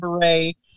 Beret